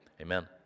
amen